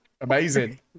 amazing